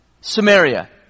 samaria